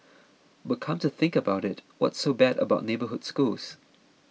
but come to think about it what's so bad about neighbourhood schools